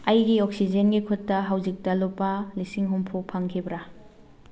ꯑꯩꯒꯤ ꯑꯣꯛꯁꯤꯖꯦꯟꯒꯤ ꯈꯨꯠꯇ ꯍꯧꯖꯤꯛꯇ ꯂꯨꯄꯥ ꯂꯤꯁꯤꯡ ꯍꯨꯝꯐꯨ ꯐꯪꯈꯤꯕ꯭ꯔꯥ